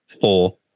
four